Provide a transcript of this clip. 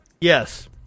Yes